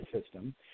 system